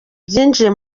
byinjiye